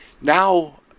Now